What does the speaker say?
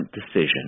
decision